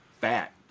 Fat